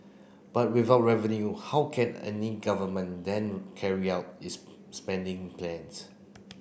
but without revenue how can any government then carry out its spending plans